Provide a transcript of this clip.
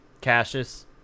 Cassius